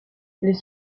les